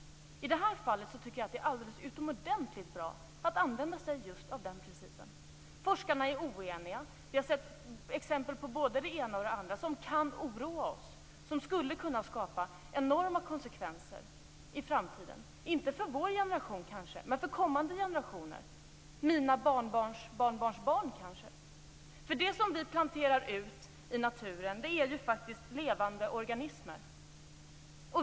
I det här fallet är det utomordentligt bra att använda sig just av den principen. Forskarna är oeniga. Vi har sett exempel på både det ena och det andra som kan oroa oss och som skulle kunna skapa enorma konsekvenser i framtiden, kanske inte för vår generation men för kommande generationer, mina barnbarns barnbarnsbarn. Det som vi planterar ut i naturen är levande organismer.